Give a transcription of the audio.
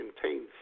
contains